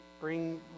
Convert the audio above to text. bring